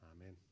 Amen